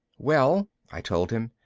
well, i told him,